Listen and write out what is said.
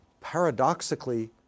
paradoxically